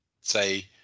say